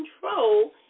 control